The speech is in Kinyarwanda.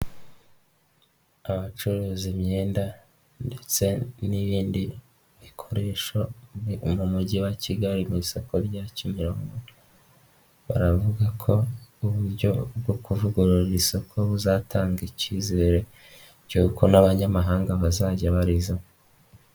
Abacuruza imyenda ndetse n'ibindi bikoresho mu mujyi wa Kigali mu isoko rya Kimironko baravuga ko uburyo bwo kuvugurura isoko buzatanga ikizere cy'uko n'abanyamahanga bazajya barizamo.